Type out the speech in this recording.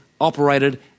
operated